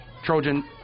Trojan